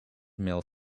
male